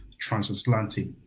transatlantic